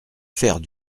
faire